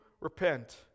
repent